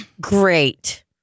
Great